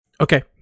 Okay